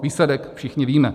Výsledek všichni víme.